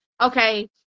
Okay